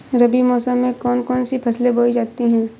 रबी मौसम में कौन कौन सी फसलें बोई जाती हैं?